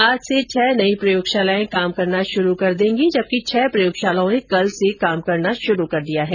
आज से छह नई प्रयोगशालाएं काम करना शुरू करेगी जबकि छह प्रयोगशालाओं ने कल से काम करना शुरू कर दिया है